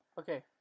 Okay